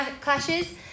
clashes